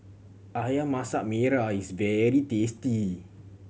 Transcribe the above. Ayam Masak Merah is very tasty